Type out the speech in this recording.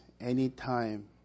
anytime